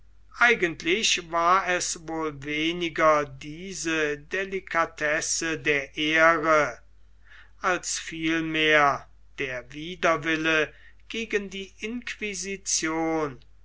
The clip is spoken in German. eigentlich war es wohl weniger diese delicatesse der ehre als vielmehr der widerwille gegen die inquisition